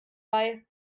bei